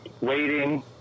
waiting